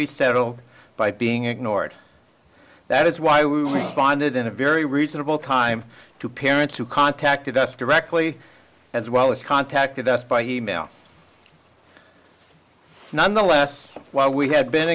be settled by being ignored that is why we responded in a very reasonable time to parents who contacted us directly as well as contacted us by email nonetheless while we had been